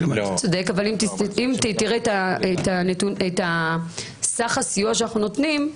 אתה צודק, אבל אם תראה את סך הסיוע שאנחנו נותנים,